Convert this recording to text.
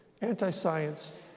anti-science